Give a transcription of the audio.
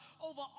over